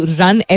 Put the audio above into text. run